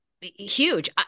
Huge